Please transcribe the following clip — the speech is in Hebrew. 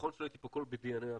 נכון שלא הייתי פה בכל דיוני הוועדה,